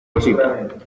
cosita